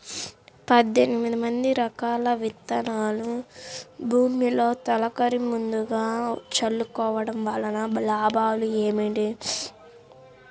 పద్దెనిమిది రకాల విత్తనాలు భూమిలో తొలకరి ముందుగా చల్లుకోవటం వలన లాభాలు ఏమిటి?